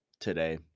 today